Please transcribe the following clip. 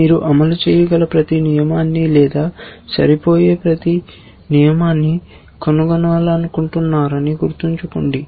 మీరు అమలు చేయగల ప్రతి నియమాన్ని లేదా సరిపోయే ప్రతి నియమాన్ని కనుగొనాలనుకుంటున్నారని గుర్తుంచుకోండి